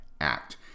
Act